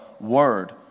Word